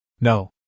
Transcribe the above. No